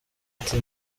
ati